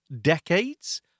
decades